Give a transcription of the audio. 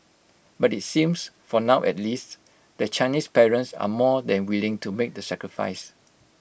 but IT seems for now at least that Chinese parents are more than willing to make the sacrifice